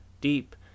deep